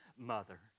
Mother